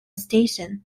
station